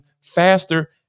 faster